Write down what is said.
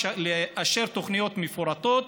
לאשר תוכניות מפורטות,